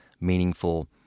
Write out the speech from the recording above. meaningful